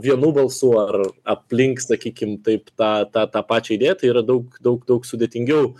vienu balsu ar aplink sakykim taip tą tą tą pačią idėją tai yra daug daug daug sudėtingiau